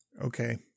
Okay